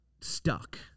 stuck